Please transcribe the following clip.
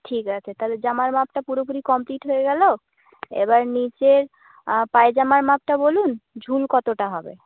ঠিক আছে তাহলে জামার মাপটা পুরোপুরি কমপ্লিট হয়ে গেল এবার নিচের পায়জামার মাপটা বলুন ঝুল কতটা হবে